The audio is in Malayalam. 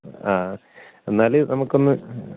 ആ എന്നാൽ നമുക്കൊന്ന്